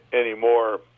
anymore